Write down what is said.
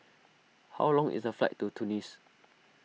how long is the flight to Tunis